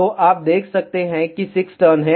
तो आप बस देख सकते हैं कि 6 टर्न हैं